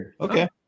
Okay